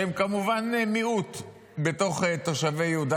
שהם כמובן מיעוט בתוך תושבי יהודה